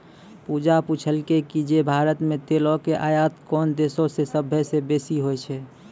पूजा पुछलकै जे भारत मे तेलो के आयात कोन देशो से सभ्भे से बेसी होय छै?